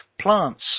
Plants